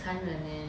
残忍 leh